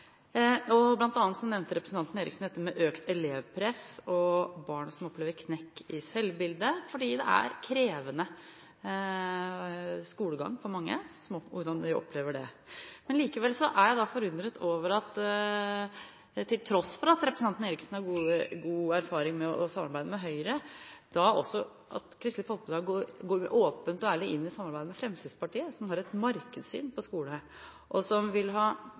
nevnte representanten Eriksen dette med økt elevpress og barn som opplever knekk i selvbildet fordi det er krevende skolegang for mange, og hvordan de opplever det. Men likevel er jeg forundret over at Kristelig Folkeparti, til tross for at representanten Eriksen har god erfaring med å samarbeide med Høyre, også går åpent og ærlig inn i samarbeid med Fremskrittspartiet, som har et markedssyn på skole, og som